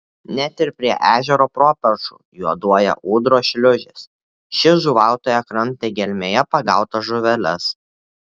net ir prie ežero properšų juoduoja ūdros šliūžės ši žuvautoja kramtė gelmėje pagautas žuveles